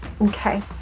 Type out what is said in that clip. Okay